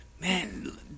man